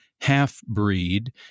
half-breed